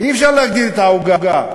אי-אפשר להגדיל את העוגה,